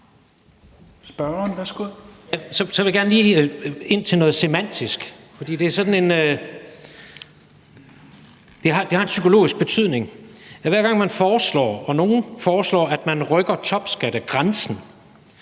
Så vil jeg gerne lige ind til noget semantisk, for det har en psykologisk betydning. Hver gang man foreslår eller nogen foreslår, at man rykker topskattegrænsen,